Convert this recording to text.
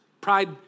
pride